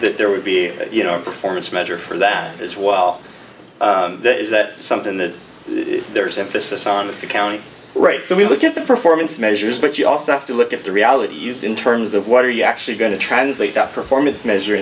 that there would be you know a performance measure for that as well is that something that there is emphasis on the county right so we look at the performance measures but you also have to look at the realities in terms of what are you actually going to translate that performance m